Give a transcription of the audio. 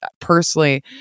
personally